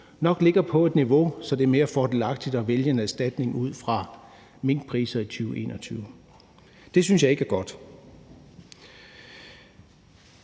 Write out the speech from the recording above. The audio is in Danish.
der gjorde, at det ville være mere fordelagtigt at vælge en erstatning ud fra minkpriserne i 2021. Det synes jeg ikke er godt.